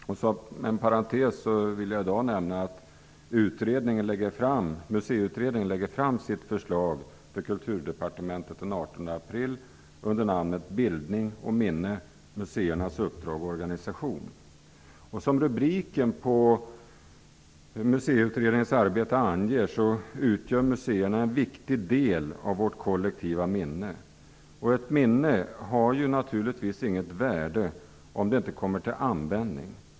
Som en parentes vill jag nämna att Museiutredningen lägger fram sitt förslag för Som rubriken på Museiutredningens arbete anger, utgör museerna en viktig del av vårt kollektiva minne. Ett minne har naturligtvis inget värde, om det inte kommer till användning.